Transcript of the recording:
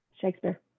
Shakespeare